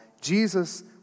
Jesus